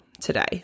today